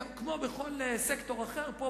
כמו בכל סקטור אחר פה,